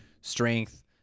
strength